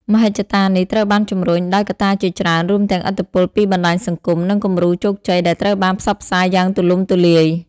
មហិច្ឆតានេះត្រូវបានជំរុញដោយកត្តាជាច្រើន រួមទាំងឥទ្ធិពលពីបណ្តាញសង្គម និងគំរូជោគជ័យដែលត្រូវបានផ្សព្វផ្សាយយ៉ាងទូលំទូលាយ។